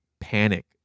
panic